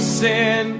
sin